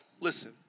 Listen